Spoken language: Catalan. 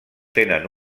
tenen